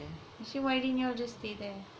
actually why didn't ya'll just stay there